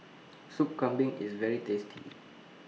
Sup Kambing IS very tasty